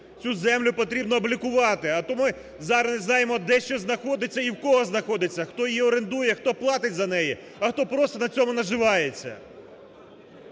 цю землю потрібно облікувати. А то ми зараз знаємо де й що знаходиться, і в кого знаходиться, хто її орендує, хто платить за неї, а хто просто на цьому наживається.